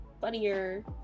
funnier